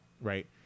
Right